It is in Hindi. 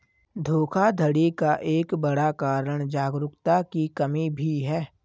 धोखाधड़ी का एक बड़ा कारण जागरूकता की कमी भी है